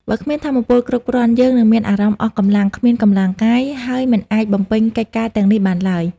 បើគ្មានថាមពលគ្រប់គ្រាន់ យើងនឹងមានអារម្មណ៍អស់កម្លាំង គ្មានកម្លាំងកាយ ហើយមិនអាចបំពេញកិច្ចការទាំងនេះបានឡើយ។